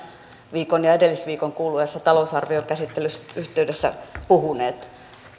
viikon ja edellisviikon kuluessa talousarviokäsittelyn yhteydessä puhuneet